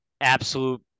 absolute